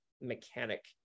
mechanic